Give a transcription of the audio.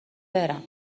برم